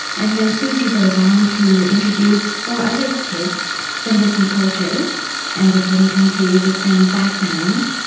and then susie goes on to introduce four other kids from different cultures and different countries, different backgrounds,